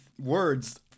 words